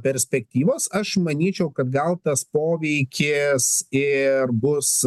perspektyvos aš manyčiau kad gal tas poveikis ir bus